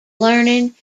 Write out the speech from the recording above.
learning